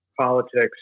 politics